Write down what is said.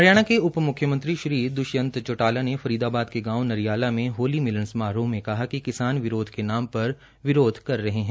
हरियाणा के उप मुख्यमंत्री श्री दृष्यंत चौटाला ने फरीदाबाद के गांव नरियाला में होली मिलन समारोह में कहा कि किसान विरोध के पर विरोध कर रहे है